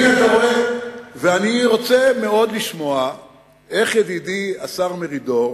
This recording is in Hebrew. אני רוצה מאוד לשמוע איך ידידי השר מרידור,